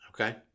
Okay